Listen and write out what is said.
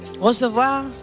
recevoir